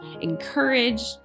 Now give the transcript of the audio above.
encouraged